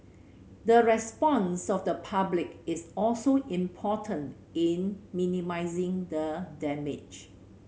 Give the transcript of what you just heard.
the response of the public is also important in minimising the damage